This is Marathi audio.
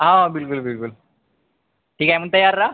हा बिलकुल बिलकुल ठीक आहे मग तयार राहा